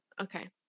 Okay